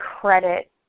credit